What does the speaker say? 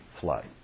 flood